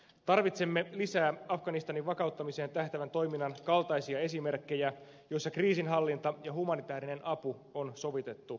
tarvitsemme lisää afganistanin vakauttamiseen tähtäävän toiminnan kaltaisia esimerkkejä joissa kriisinhallinta ja humanitäärinen apu on sovitettu yhteen